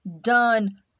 done